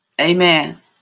Amen